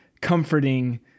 comforting